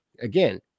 again